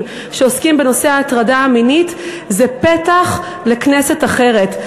שעוסקים בנושא ההטרדה המינית זה פתח לכנסת אחרת,